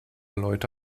leute